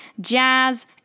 Jazz